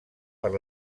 per